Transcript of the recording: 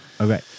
Okay